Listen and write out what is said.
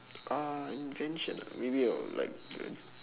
ah invention ah maybe I would like to um